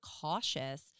cautious